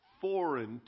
foreign